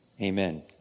Amen